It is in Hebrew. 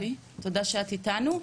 יופי, תודה שאת איתנו.